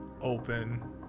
open